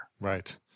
Right